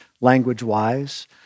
language-wise